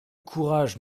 courage